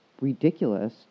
ridiculous